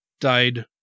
died